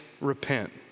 Repent